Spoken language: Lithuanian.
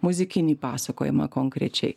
muzikinį pasakojimą konkrečiai